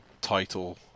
title